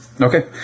Okay